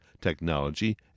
technology